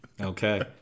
Okay